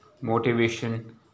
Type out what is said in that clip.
motivation